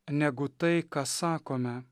negu tai ką sakome